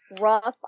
rough